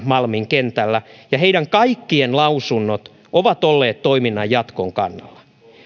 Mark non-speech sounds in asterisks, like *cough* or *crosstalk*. *unintelligible* malmin kentällä ja heidän kaikkien lausunnot ovat olleet toiminnan jatkon kannalla